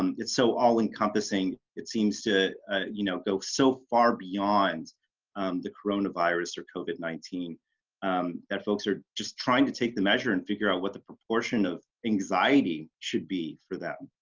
um it's so all-encompassing. it seems to you know, go so far beyond the coronavirus or covid nineteen that folks are just trying to take the measure and figure out what the proportion of anxiety should be for them.